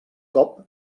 cop